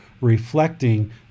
reflecting